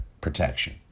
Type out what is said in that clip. protection